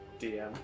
DM